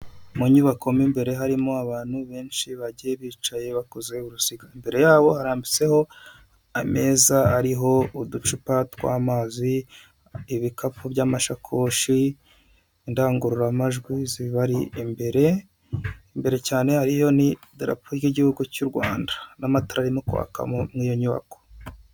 Mu nyubako m' imbere harimo abantu benshi bagiye bicaye bakoze uruziga, imbere yabo harambitseho ameza ariho uducupa tw'amazi, ibikapu by'amashakoshi indangururamajwi zibari imbere, imbere cyane ariyo n'idarapo ry'igihugu cy'u Rwanda n'amatara arimo kwakamo mu iyo nyubako.